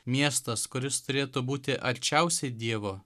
miestas kuris turėtų būti arčiausiai dievo